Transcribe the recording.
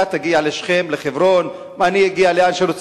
אתה תגיע לשכם וחברון ואני אגיע לאן שאני רוצה.